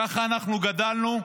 ככה אנחנו גדלנו,